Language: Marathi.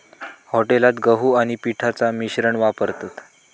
हॉटेलात गहू आणि पिठाचा मिश्रण वापरतत